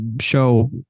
show